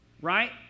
Right